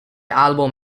album